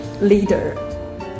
leader